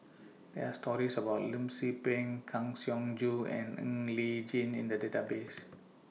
There Are stories about Lim Tze Peng Kang Siong Joo and Ng Li Chin in The Database